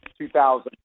2000